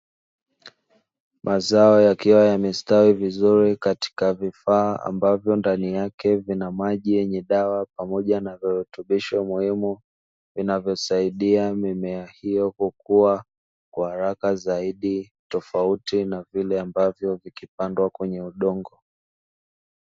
Mazao yakiwa yamestawi vizuri katika vifaa ambavyo ndani vina maji yenye dawa na virutubisho muhimu, vinavyosaidia kusaidia mimea kukua kwa haraka zaidi tofauti na kupandwa kwenye udongo.